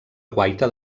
guaita